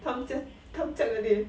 tamjiak 的脸